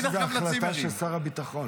שילך גם לצימרים.